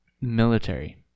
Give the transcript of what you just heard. military